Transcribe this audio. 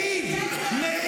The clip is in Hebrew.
חבורה של מושחתים.